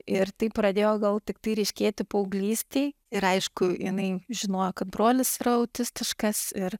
ir taip pradėjo gal tiktai ryškėti paauglystėj ir aišku jinai žinojo kad brolis yra autistiškas ir